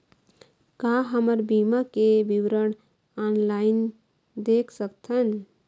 का हमर बीमा के विवरण ऑनलाइन देख सकथन?